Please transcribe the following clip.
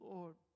Lord